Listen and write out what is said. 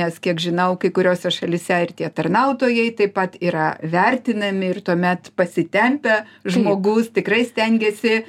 nes kiek žinau kai kuriose šalyse ir tie tarnautojai taip pat yra vertinami ir tuomet pasitempę žmogus tikrai stengiasi